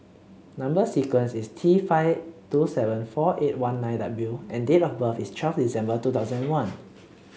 number sequence is T five two seven four eight one nine W and date of birth is twelve December two thousand one